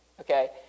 Okay